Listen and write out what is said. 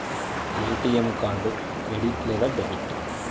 ATM card credit లేదా debit?